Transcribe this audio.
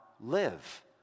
live